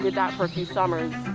did that for a few summers.